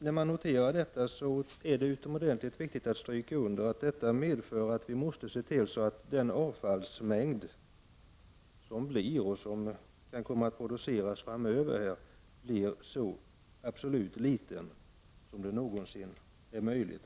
När man noterar detta är det utomordentligt viktigt att stryka under att det medför att vi måste se till att den totala mängd som kommer att produceras framöver blir så liten som det någonsin är möjligt.